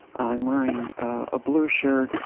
i'm wearing a blue shirt,